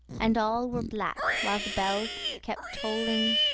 and all were black, while the bell kept tolling,